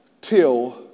till